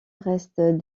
restent